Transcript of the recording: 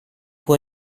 può